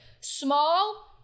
small